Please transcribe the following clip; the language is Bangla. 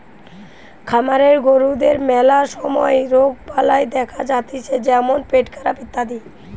খামারের গরুদের ম্যালা সময় রোগবালাই দেখা যাতিছে যেমন পেটখারাপ ইত্যাদি